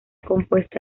compuesta